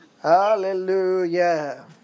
Hallelujah